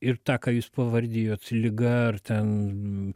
ir tą ką jūs pavardijot liga ar ten